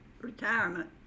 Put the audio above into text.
retirement